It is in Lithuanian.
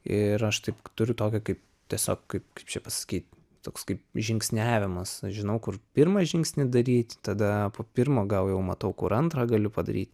ir aš taip turiu tokią kaip tiesiog kaip čia pasakyt toks kaip žingsniavimas aš žinau kur pirmą žingsnį daryt tada po pirmo gal jau matau kur antrą galiu padaryt